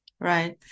Right